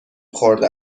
خورده